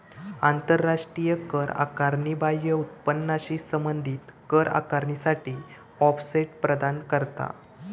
आंतराष्ट्रीय कर आकारणी बाह्य उत्पन्नाशी संबंधित कर आकारणीसाठी ऑफसेट प्रदान करता